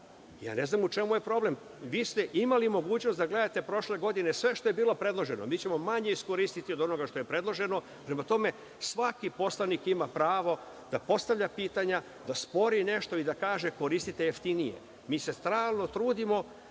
Ne znam u čemu je problem? Vi ste imali mogućnost da gledate prošle godine sve što je bilo predloženo. Mi ćemo manje iskoristiti od onoga što je predloženo. Svaki poslanik ima pravo da postavlja pitanja, da spori nešto i da kaže – koristite jeftinije. Mi se stalno trudimo